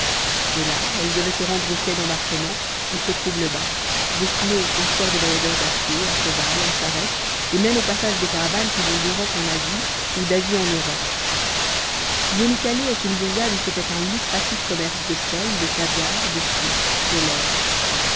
de là elle devait se rendre au quai d'embarquement où se trouve le bac destiné au transport des voyageurs à pied à cheval en charrette et même au passage des caravanes qui vont d'europe en asie ou d'asie en europe iénikalé est une bourgade où se fait un lucratif commerce de sel de caviar de suif de laine